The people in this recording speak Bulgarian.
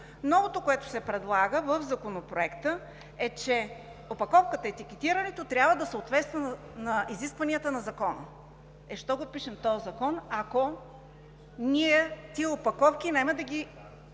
Новото, което се предлага в Законопроекта, е, че опаковката и етикетирането трябва да съответстват на изискванията на Закона. Е, защо го пишем този закон, ако тези опаковки ние няма да ги